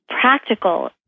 practical